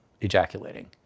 ejaculating